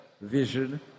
vision